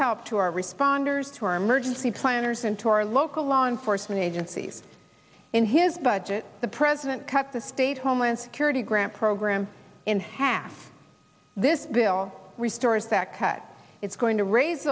help to our responders to our emergency planners and to our local law enforcement agencies in his budget the president cut the state homeland security grant programs in half this bill restores that cut it's going to raise